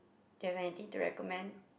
do you have anything to recommend